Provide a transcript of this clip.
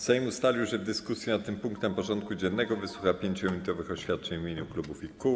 Sejm ustalił, że dyskusji nad tym punktem porządku dziennego wysłucha 5-minutowych oświadczeń w imieniu klubów i kół.